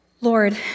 Lord